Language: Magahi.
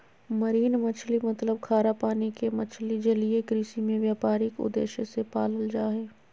मरीन मछली मतलब खारा पानी के मछली जलीय कृषि में व्यापारिक उद्देश्य से पालल जा हई